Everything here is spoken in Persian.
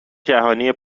جهانی